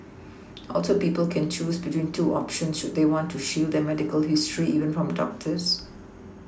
also people can choose between two options should they want to shield their medical history even from doctors